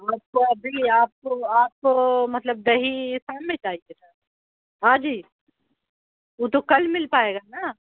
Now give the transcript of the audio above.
مطلب ابھی آپ کو آپ کو مطلب دہی شام میں چاہیے تھا ہاں جی وہ تو کل مل پائے گا نا